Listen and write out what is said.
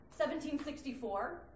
1764